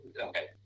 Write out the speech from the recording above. okay